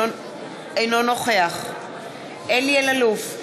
אינו נוכח אלי אלאלוף,